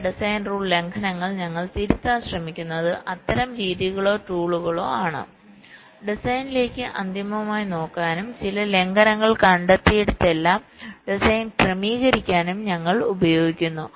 ചില design rule ലംഘനങ്ങൾ ഞങ്ങൾ തിരുത്താൻ ശ്രമിക്കുന്നത് അത്തരം രീതികളോ ടൂളുകളോ ആണ് ഡിസൈനിലേക്ക് അന്തിമമായി നോക്കാനും ചില ലംഘനങ്ങൾ കണ്ടെത്തിയിടത്തെല്ലാം ഡിസൈൻ ക്രമീകരിക്കാനും ഞങ്ങൾ ഉപയോഗിക്കുന്നു